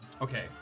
Okay